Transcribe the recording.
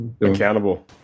accountable